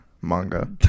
Manga